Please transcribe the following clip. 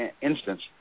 instance